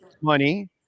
money